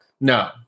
No